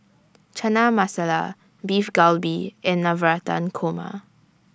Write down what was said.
Chana Masala Beef Galbi and Navratan Korma